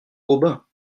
aubin